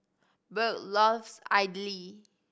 Burk loves Idili